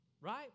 Right